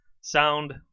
sound